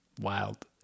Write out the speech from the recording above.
wild